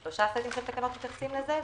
שלושה סטים של תקנות מתייחסים לזה,